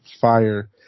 fire